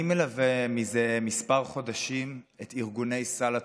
אני מלווה מזה כמה חודשים את ארגוני סל התרופות.